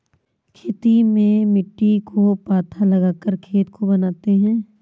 खेती में मिट्टी को पाथा लगाकर खेत को बनाते हैं?